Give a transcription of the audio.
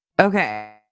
Okay